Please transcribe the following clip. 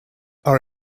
are